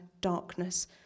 darkness